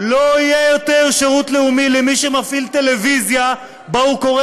לא יהיה יותר שירות לאומי למי שמפעיל טלוויזיה שבה הוא קורא